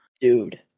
Dude